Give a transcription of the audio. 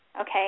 Okay